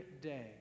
day